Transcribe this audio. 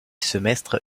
semestre